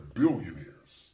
billionaires